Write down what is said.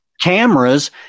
cameras